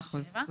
100 אחוז,